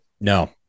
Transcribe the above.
No